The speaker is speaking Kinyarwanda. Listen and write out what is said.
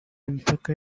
imipaka